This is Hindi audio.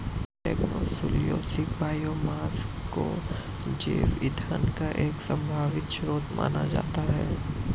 लिग्नोसेल्यूलोसिक बायोमास को जैव ईंधन का एक संभावित स्रोत माना जाता है